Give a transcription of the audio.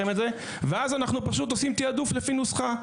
ואז אנחנו פשוט עושים תיעדוף לפי נוסחה: